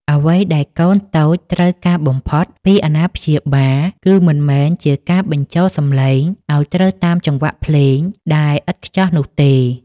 អ្វីដែលកូនតូចត្រូវការបំផុតពីអាណាព្យាបាល គឺមិនមែនជាការបញ្ចូលសំឡេងឱ្យត្រូវតាមចង្វាក់ភ្លេងដែលឥតខ្ចោះនោះទេ